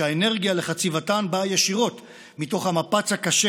שהאנרגיה לחציבתן באה ישירות מתוך המפץ הקשה